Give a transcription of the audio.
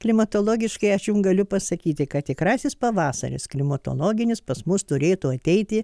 klimatologiškai aš jum galiu pasakyti kad tikrasis pavasaris klimatologinis pas mus turėtų ateiti